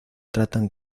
tratan